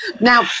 now